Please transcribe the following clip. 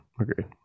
Agreed